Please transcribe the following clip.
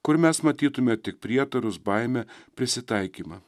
kur mes matytume tik prietarus baimę prisitaikymą